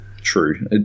True